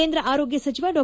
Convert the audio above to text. ಕೇಂದ್ರ ಆರೋಗ್ಯ ಸಚಿವ ಡಾ